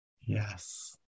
yes